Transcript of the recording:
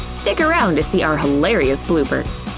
stick around to see our hilarious bloopers!